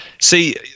See